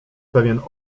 pewien